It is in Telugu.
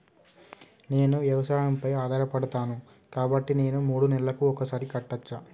నేను వ్యవసాయం పై ఆధారపడతాను కాబట్టి నేను మూడు నెలలకు ఒక్కసారి కట్టచ్చా?